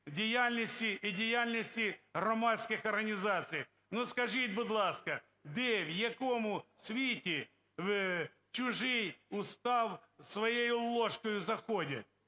діяльності і діяльності громадських організацій. Скажіть, будь ласка, де, в якому світі в чужий устав зі своєю ложкою заходять?